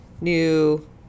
new